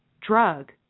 drug